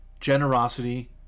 generosity